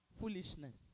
foolishness